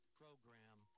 program